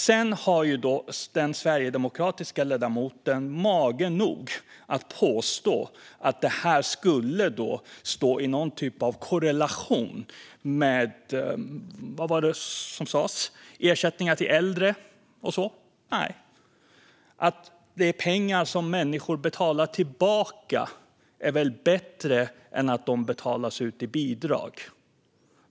Sedan har den sverigedemokratiska ledamoten mage att påstå att detta skulle stå i någon typ av korrelation till ersättningar till äldre - nej. Att det är pengar som människor betalar tillbaka är väl bättre än att pengarna betalas ut i bidrag?